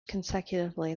consecutively